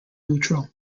neutral